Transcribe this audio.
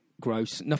gross